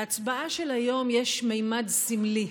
להצבעה של היום יש ממד סמלי.